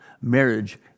Marriage